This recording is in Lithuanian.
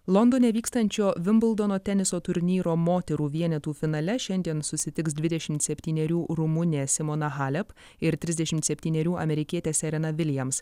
londone vykstančio vimbldono teniso turnyro moterų vienetų finale šiandien susitiks dvidešimt septynerių rumunė simona halep ir trisdešimt septynerių amerikietė serena viljams